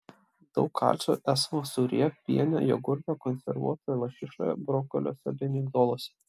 daug kalcio esama sūryje piene jogurte konservuotoje lašišoje brokoliuose bei migdoluose